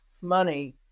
money